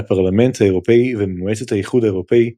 מהפרלמנט האירופי וממועצת האיחוד האירופי,